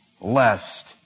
Lest